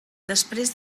després